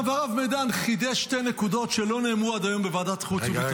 הרב מדן חידש שתי נקודות שלא נאמרו עד היום בוועדת חוץ וביטחון.